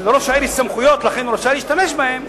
שלראש העיר יש סמכויות ולכן הוא רשאי להשתמש בהן,